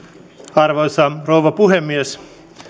arvoisa rouva puhemies